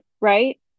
right